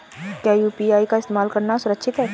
क्या यू.पी.आई का इस्तेमाल करना सुरक्षित है?